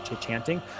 chanting